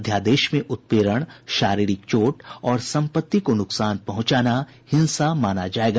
अध्यादेश में उत्पीडन शारीरिक चोट और संपत्ति को नुकसान पहुंचाना हिंसा माना जाएगा